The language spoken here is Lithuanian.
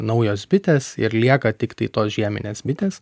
naujos bitės ir lieka tiktai tos žieminės bitės